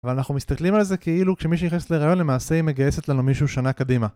אבל אנחנו מסתכלים על זה כאילו כשמי שייכנס לרעיון למעשה היא מגייסת לנו מישהו שנה קדימה